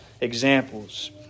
examples